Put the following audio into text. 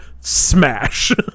smash